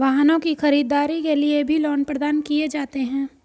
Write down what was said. वाहनों की खरीददारी के लिये भी लोन प्रदान किये जाते हैं